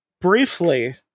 Briefly